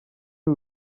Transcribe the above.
uru